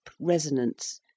resonance